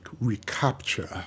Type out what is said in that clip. recapture